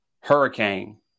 Hurricane